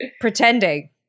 pretending